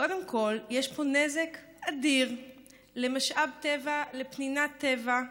קודם כול, יש פה נזק אדיר למשאב טבע, לפנינת טבע,